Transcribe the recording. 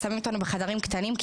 שמים אותנו בחדרים קטנים,